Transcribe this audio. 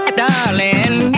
darling